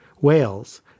Whales